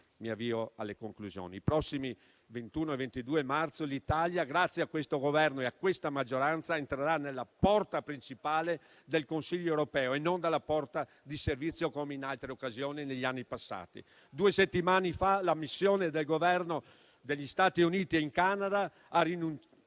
I prossimi 21 e 22 marzo, l'Italia, grazie a questo Governo e a questa maggioranza, entrerà dalla porta principale del Consiglio europeo e non dalla porta di servizio, come in altre occasioni negli anni passati. Due settimane fa la missione del Governo negli Stati Uniti e in Canada ha rimarcato